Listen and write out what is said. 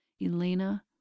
Elena